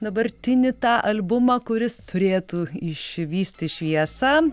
dabartinį tą albumą kuris turėtų išvysti šviesą